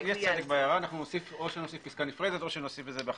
או נוסיף פסקה נפרדת או נוסיף את זה באחת